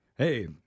Hey